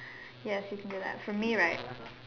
yes you can do that for me right